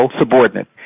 subordinate